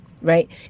right